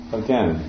again